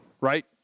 right